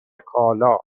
کالا